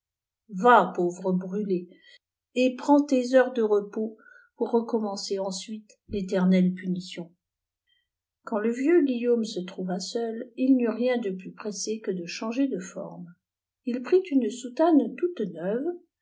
va pauvre brûlé et prends tes heures de repos pour recommencer ensuite l'éternelle punition quand le vieux guillaume se trouva seul il u'eut rien de plus pressé que de changer de forme il prit une soutane toute neuve